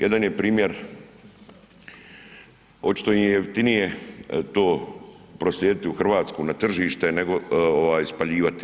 Jedan je primjer očito im je jeftinije to proslijediti u Hrvatsku na tržište nego ovaj spaljivati.